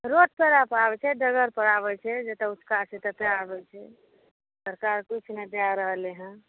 road पर आबै छै डगर पर आबै छै जतऽ काज छै ततऽ आबै छै सरकार किछु नहि दय रहलै हँ